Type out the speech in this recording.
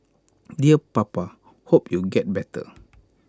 dear papa hope you get better